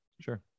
Sure